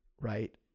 Right